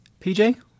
PJ